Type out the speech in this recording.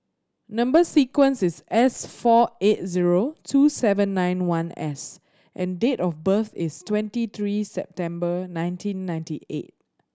number sequence is S four eight zero two seven nine one S and date of birth is twenty three September nineteen ninety eight